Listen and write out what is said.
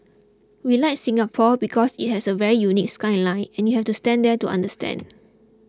we like Singapore because it has a very unique skyline and you have to stand there to understand